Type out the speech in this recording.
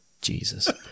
Jesus